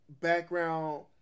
background